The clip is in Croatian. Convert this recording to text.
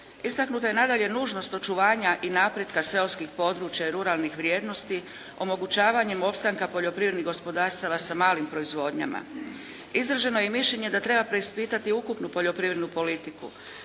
Istaknuta je nadalje nužnost očuvanja i napretka seoskih područja i ruralnih vrijednosti omogućavanjem opstanka poljoprivrednih gospodarstava sa malim proizvodnjama. Izraženo je i mišljenje da treba preispitati ukupnu poljoprivrednu politiku.